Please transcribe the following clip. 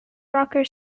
rocker